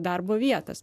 darbo vietas